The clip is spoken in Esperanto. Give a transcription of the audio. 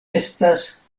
estas